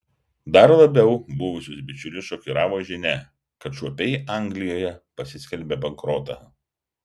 dar labiau buvusius bičiulius šokiravo žinia kad šuopiai anglijoje pasiskelbė bankrotą